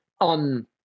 on